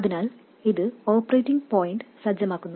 അതിനാൽ ഇത് operating point സജ്ജമാക്കുന്നു